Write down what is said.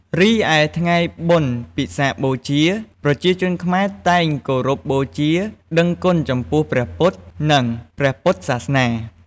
រីឯថ្ងៃបុណ្យពិសាខបូជា ប្រជាជនខ្មែរតែងគោរពបូជា ដឹងគុណចំពោះព្រះពុទ្ធ និងព្រះពុទ្ធសាសនា។